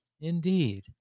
Indeed